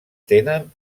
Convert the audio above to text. tenen